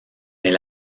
mais